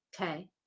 okay